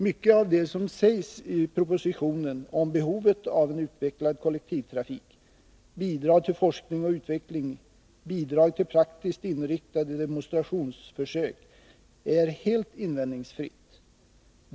Mycket av det som sägs i propositionen om behovet av en utvecklad kollektivtrafik, bidrag till forskning och utveckling samt bidrag till praktiskt inriktade demonstrationsförsök är helt invändningsfritt.